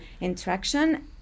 interaction